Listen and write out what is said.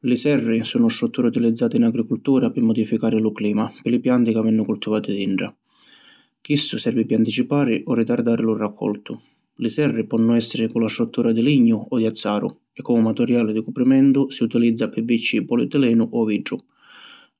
Li serri sunnu strutturi utilizzati in agricultura pi modificari lu clima pi li pianti ca vennu cultivati dintra. Chissu servi pi anticipari o ritardari lu raccoltu. Li serri ponnu essiri cu la struttura di lignu o di azzaru e comu materiali di cuprimentu si utilizza PVC, Polietilenu o Vitru.